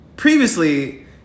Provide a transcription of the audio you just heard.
Previously